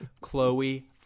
Chloe